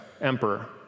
emperor